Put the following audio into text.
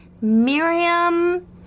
Miriam